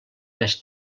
més